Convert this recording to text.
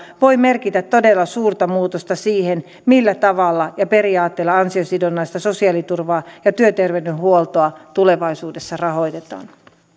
voi merkitä todella suurta muutosta siihen millä tavalla ja periaatteella ansiosidonnaista sosiaaliturvaa ja työterveydenhuoltoa tulevaisuudessa rahoitetaan